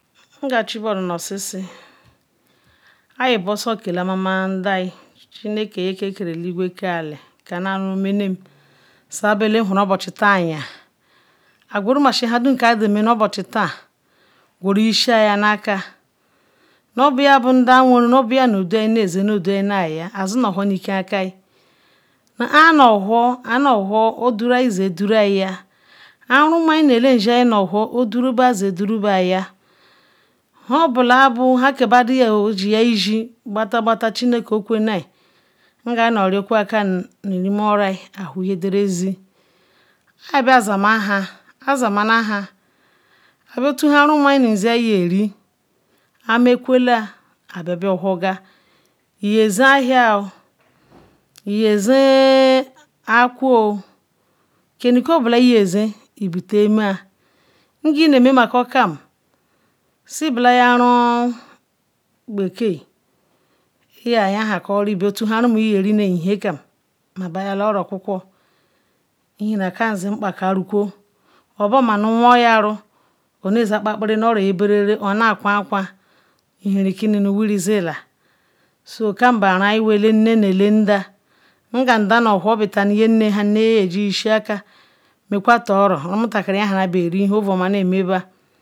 Nga chi bu runu sisia i ye kela nda chineke ke keru elegwe na eki ka na nuomenem sa bu ele huru obochi tan i yan guru obochi tan guru isana ake nubol ya boi nne nda awenrun nu baya ndo nezin nudiy nazin ny doya aaruminumu ale nshia nu cho odozo dar zin aaruka zin doruba ya hunbo labu shiya. chikeke nha nga a noru kwe nu nkwe bia zamanha amekwe kam a bietu ahan rumin nu ishiya yeri amekwela a bia owuorga i ye zin ahia iye zen akwa kenu cobola iye zen ibitama nga iname kam sibola yin aron bekwe iye yacori bia tun nha ruhu ye nu ehihinkam biotu nha rumu yeri ma ba yala nu orokwu kwu oboma nuoon yala ona quen quen ihirikin wirizila so cam bo irun our as nne nu nda nga nda nu whor betanu ndey nne nha be ye gin yishi aken mekwata oro rumuta kiri yela beri ovuoma nameba